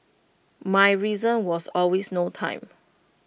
my reason was always no time